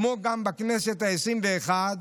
כמו גם בכנסת העשרים-ואחת,